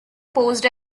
posed